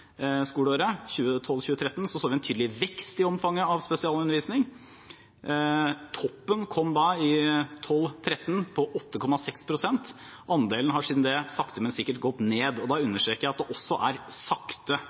skoleåret 2012–2013 så vi en tydelig vekst i omfanget av spesialundervisning. Toppen kom i 2012–2013, med 8,6 pst. Andelen har siden det sakte, men sikkert gått ned, og da understreker jeg at det går sakte.